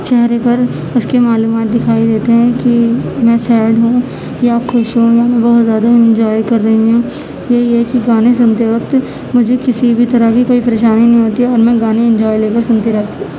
چہرے پر اس کی معلومات دکھائی دیتے ہیں کہ میں سیڈ ہوں یا خوش ہوں یا میں بہت زیادہ انجوائے کر رہی ہوں یا یہ کہ گانے سنتے وقت مجھے کسی بھی طرح کی کوئی پریشانی نہیں ہوتی ہے اور میں گانے انجوائے لے کر سنتی رہتی ہوں